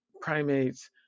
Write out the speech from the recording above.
primates